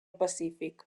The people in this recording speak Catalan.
pacífic